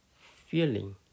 feeling